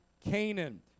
Canaan